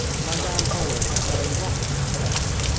and i ran forward not knowing what to expect.